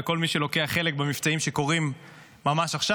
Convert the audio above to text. וכל מי שלוקח חלק במבצעים שקורים ממש עכשיו.